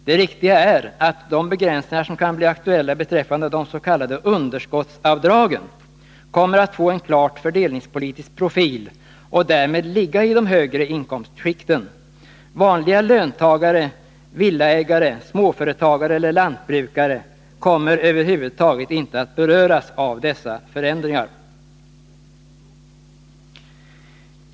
Det riktiga är att de begränsningar som kan bli aktuella beträffande de s.k. underskottsavdragen kommer att få en klart fördelningspolitisk profil och därmed ligga i de högre inkomstskikten. Vanliga löntagare, villaägare, småföretagare eller lantbrukare kommer över huvud taget inte att beröras av dessa förändringar.